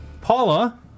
Paula